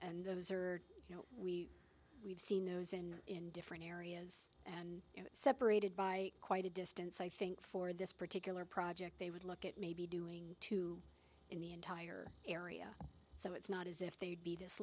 and those are you know we we've seen those in different areas and you know separated by quite a distance i think for this particular project they would look at maybe doing two in the entire area so it's not as if they would be this